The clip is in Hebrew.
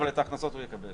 אבל את ההכנסות הוא יקבל.